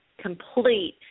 complete